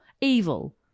Evil